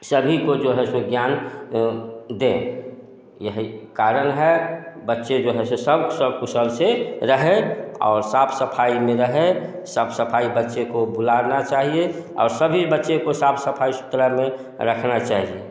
सभी को जो है सो ज्ञान दें यही कारण है बच्चे जो हैं सो सब सकुशल से रहें और साफ़ सफाई में रहें साफ़ सफाई बच्चे को बुलाना चाहिए और सभी बच्चे को साफ़ सफाई सुथराई में रखना चाहिए